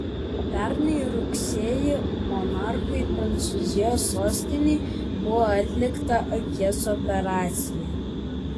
pernai rugsėjį monarchui prancūzijos sostinėje buvo atlikta akies operacija